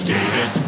David